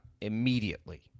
immediately